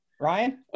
Ryan